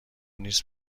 نیز